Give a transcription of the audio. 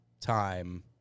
time